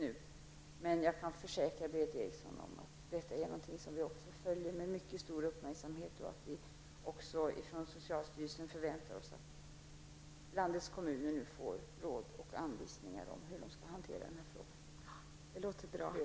Jag kan emellertid försäkra Berith Eriksson att vi följer problemet med mycket stor uppmärksamhet och att vi också förväntar oss att socialstyrelsen ger landets kommuner råd och anvisningar om hur frågan skall hanteras.